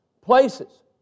places